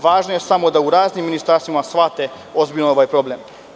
Važno je samo da u raznim ministarstvima shvate ozbiljno ovaj problem.